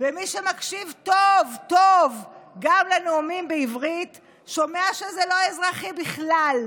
ומי שמקשיב טוב גם לנאומים בעברית שומע שזה לא אזרחי בכלל.